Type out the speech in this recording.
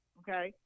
okay